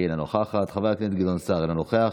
אינה נוכחת, חבר הכנסת גדעון סער, אינו נוכח.